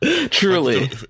truly